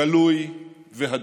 גלוי והדוק.